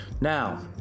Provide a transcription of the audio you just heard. Now